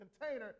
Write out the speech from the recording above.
container